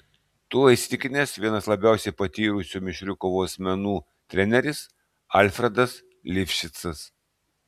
tuo įsitikinęs vienas labiausiai patyrusių mišrių kovos menų treneris alfredas lifšicas